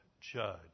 judge